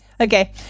Okay